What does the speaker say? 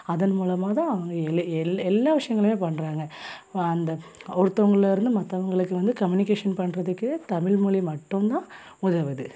அதன் மூலமாக தான் அவங்க எல்ல எல்ல எல்லா விஷயங்களையுமே பண்ணுறாங்க அந்த ஒருத்தவங்கள்ல இருந்து மற்றவங்களுக்கு வந்து கம்யூனிகேஷன் பண்ணுறதுக்கு தமிழ்மொலி மட்டும் தான் உதவுது